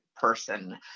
person